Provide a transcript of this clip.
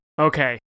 Okay